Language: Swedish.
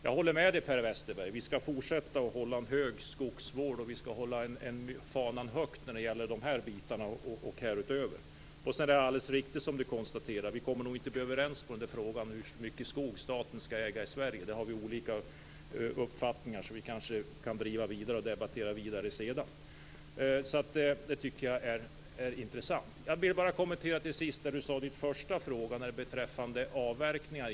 Jag håller med Per Westerberg om att vi skall fortsätta att bedriva en god skogsvård och att vi skall hålla fanan högt i det avseendet. Det är nog riktigt att vi inte kommer överens i frågan om hur mycket skog staten skall äga i Sverige. På den punkten har vi olika uppfattningar, som vi kanske kan diskutera vidare sedan. Det är en intressant fråga. Jag vill till sist kommentera Per Westerbergs första fråga beträffande avverkningar.